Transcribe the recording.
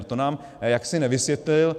To nám jaksi nevysvětlil.